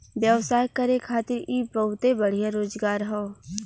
व्यवसाय करे खातिर इ बहुते बढ़िया रोजगार हौ